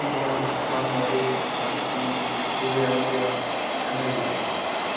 India Bangladesh Pakistan Saudi Arabia America